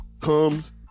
comes